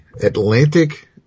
Atlantic